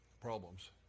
problems